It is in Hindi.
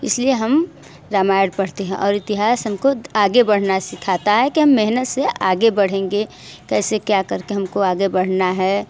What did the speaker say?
इसलिए हम रामायण पढ़ते हैं और इतिहास हमको आगे बढ़ना सिखाता है कि हम मेहनत से आगे बढ़ेंगे कैसे क्या करके हमको आगे बढ़ना है